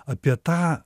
apie tą